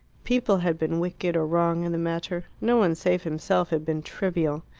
people had been wicked or wrong in the matter no one save himself had been trivial.